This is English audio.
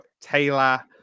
Taylor